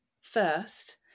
first